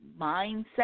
mindset